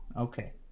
Okay